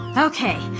okay,